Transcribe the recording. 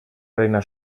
reina